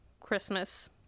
Christmas